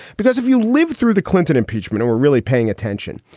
because if you lived through the clinton impeachment, we're really paying attention.